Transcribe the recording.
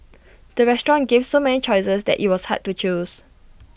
the restaurant gave so many choices that IT was hard to choose